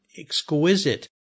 exquisite